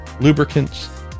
Lubricants